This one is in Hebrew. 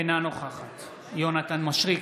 אינה נוכחת יונתן מישרקי,